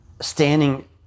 standing